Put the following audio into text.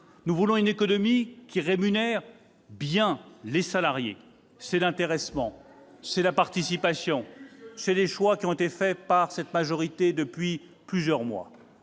Nous voulons une économie qui rémunère bien les salariés : c'est l'intéressement, c'est la participation. Illusionniste ! Ce sont les choix qui ont été faits par cette majorité depuis plusieurs mois.